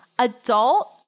Adult